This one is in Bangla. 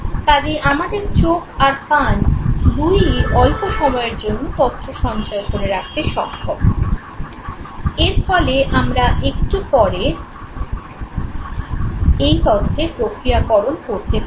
কাজেই আমাদের চোখ আর কান দুইই অল্প সময়ের জন্য তথ্য সঞ্চয় করে রাখতে সক্ষম এর ফলে আমরা একটু পরে এই তথ্যের প্রক্রিয়াকরণ করতে পারবো